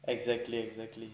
exactly exactly